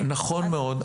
נכון מאוד.